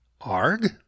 Arg